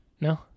No